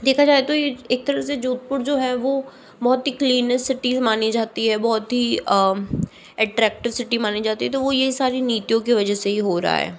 देखा जाए तो ये एक तरह से जोधपुर जो है वो बहुत ही क्लीनेस्ट सिटी मानी जाती है बहुत ही अट्रैक्टिव सिटी मानी जाती है तो वो ये सारी नीतियों के वजह से ही हो रहा है